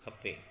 खपे